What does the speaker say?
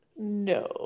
No